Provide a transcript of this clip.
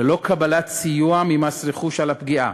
ללא קבלת סיוע ממס רכוש על הפגיעה,